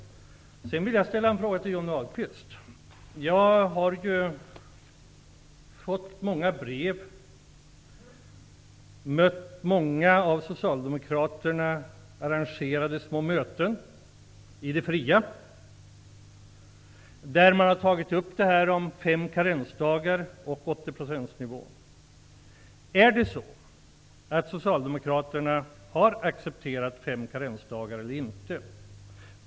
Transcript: Jag vill ställa en fråga till Johnny Ahlqvist. Jag har fått många brev. Jag har varit på många av socialdemokraterna arrangerade små möten i det fria. Där har man tagit upp detta med fem karensdagar och 80-procentsnivån. Har socialdemokraterna accepterat fem karensdagar eller inte?